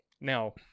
now